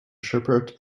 shepherd